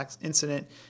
incident